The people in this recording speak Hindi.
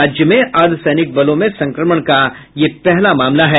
राज्य में अर्धसैनिक बलों में संक्रमण का यह पहला मामला है